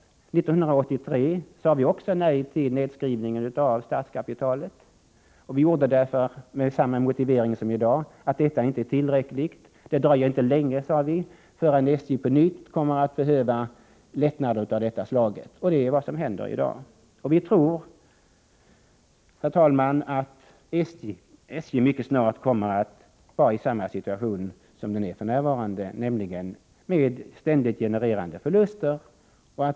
1983 sade vi också nej till nedskrivningen av statskapitalet. Det gjorde vi med samma motivering som i dag, att det inte är en tillräcklig åtgärd. Det dröjer inte länge, sade vi, förrän SJ på nytt behöver lättnader av detta slag, och det är vad som händer i dag. Vi tror, herr talman, att SJ även i fortsättningen kommer att befinna sig i samma situation som för närvarande med ständigt genererande förluster.